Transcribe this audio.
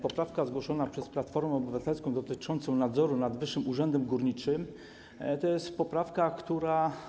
Poprawka zgłoszona przez Platformę Obywatelską, dotycząca nadzoru nad Wyższym Urzędem Górniczym to jest poprawka, która.